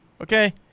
Okay